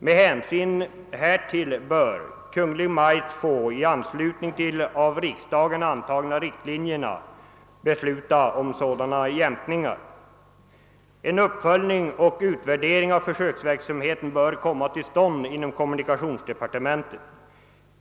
Med hänsyn härtill bör Kungl. Maj:t få — i anslutning till de av riksdagen antagna riktlinjerna — besluta om sådana jämkningar. En uppföljning och utvärdering av försöksverksamheten bör komma till stånd inom kommunikationsdepartementet.